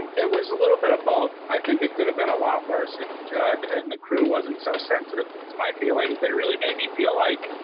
um it was a little bit of both. i think it could've been a lot worse if judd and the crew wasn't so sensitive to my feelings. they really made me feel, like,